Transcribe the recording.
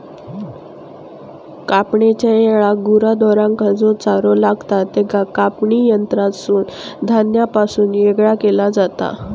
कापणेच्या येळाक गुरा ढोरांका जो चारो लागतां त्याका कापणी यंत्रासून धान्यापासून येगळा केला जाता